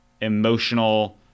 emotional